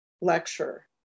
lecture